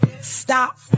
stop